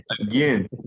again